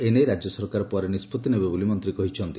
ଏ ନେଇ ରାଜ୍ୟ ସରକାର ପରେ ନିଷ୍ବତ୍ତି ନେବେ ବୋଲି ମନ୍ତୀ କହିଛନ୍ତି